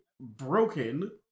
broken